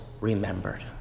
remembered